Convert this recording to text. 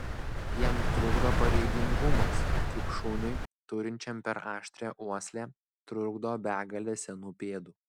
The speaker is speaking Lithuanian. jam trukdo pareigingumas kaip šuniui turinčiam per aštrią uoslę trukdo begalė senų pėdų